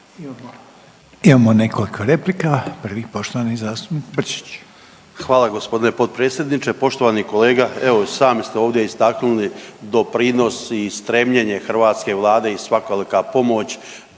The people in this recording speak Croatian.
Imamo nekoliko replika. Prvi poštovani zastupnik Brčić. **Brčić, Luka (HDZ)** Hvala gospodine potpredsjedniče. Poštovani kolega evo i sami ste ovdje istaknuli doprinos i stremljenje hrvatske vlade i svakolika pomoć